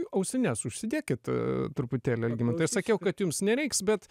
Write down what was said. ausines užsidėkit truputėlį algimantai aš sakiau kad jums nereiks bet